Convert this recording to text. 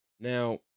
Now